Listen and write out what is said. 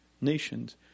nations